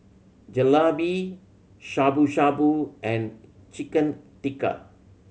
Jalebi Shabu Shabu and Chicken Tikka